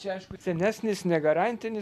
čia aišku senesnis ne garantinis